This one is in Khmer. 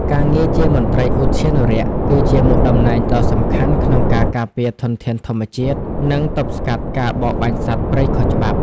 ការងារជាមន្ត្រីឧទ្យានុរក្ស គឺជាមុខតំណែងដ៏សំខាន់ក្នុងការការពារធនធានធម្មជាតិ និងទប់ស្កាត់ការបរបាញ់សត្វព្រៃខុសច្បាប់។